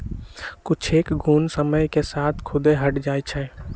कुछेक घुण समय के साथ खुद्दे हट जाई छई